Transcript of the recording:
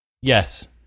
Yes